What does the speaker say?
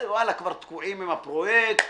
תקועים עם הפרויקט,